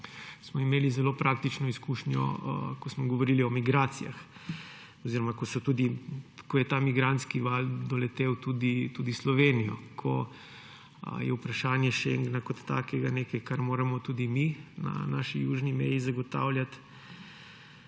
smo imeli zelo praktično izkušnjo, ko smo govorili o migracijah oziroma ko je ta migrantski val doletel tudi Slovenijo, ko je vprašanje šengena kot takega nekaj, kar moramo tudi mi na naši južni meji zagotavljati,